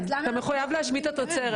אתה מחויב להשמיד את התוצרת.